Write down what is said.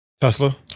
tesla